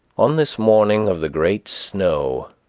on this morning of the great snow,